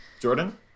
Jordan